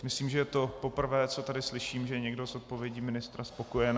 Myslím, že je to poprvé, co tady slyším, že je někdo s odpovědí ministra spokojen.